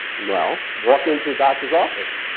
well, walk into a doctor's office.